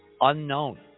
unknown